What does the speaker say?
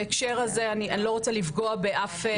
בהקשר הזה אני לא רוצה לפגוע באף עבודה.